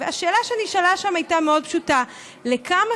השאלה שנשאלה שם הייתה מאוד פשוטה: לכמה